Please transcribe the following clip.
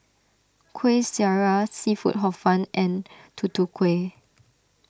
Kueh Syara Seafood Hor Fun and Tutu Kueh